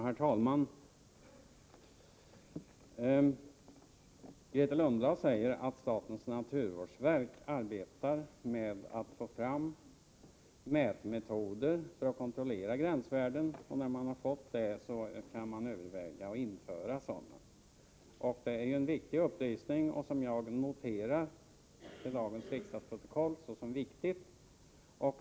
Herr talman! Grethe Lundblad säger att statens naturvårdsverk arbetar med att få fram mätmetoder för att kontrollera gränsvärden och att man när man fått det kan överväga att införa sådana. Det är en upplysning som jag noterar till dagens riksdagsprotokoll såsom viktig.